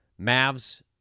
Mavs